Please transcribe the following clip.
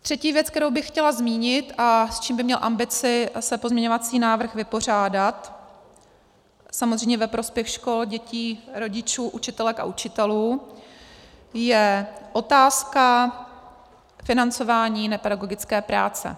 Třetí věc, kterou bych chtěla zmínit a s čím by měl ambici se pozměňovací návrh vypořádat, samozřejmě ve prospěch škol, dětí, rodičů, učitelek a učitelů, je otázka financování nepedagogické práce.